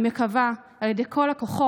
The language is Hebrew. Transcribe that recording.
אני מקווה, על ידי כל הכוחות,